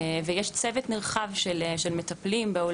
יש צוות נרחב של מטפלים,